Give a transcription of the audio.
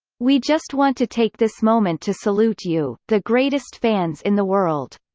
we just want to take this moment to salute you, the greatest fans in the world.